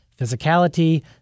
physicality